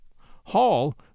Hall